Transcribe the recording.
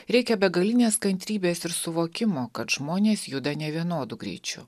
reikia begalinės kantrybės ir suvokimo kad žmonės juda nevienodu greičiu